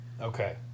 okay